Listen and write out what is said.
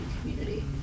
community